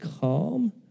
calm